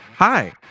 Hi